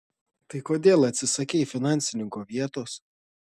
tai kodėl atsisakei finansininko vietos